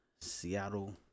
Seattle